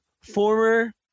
former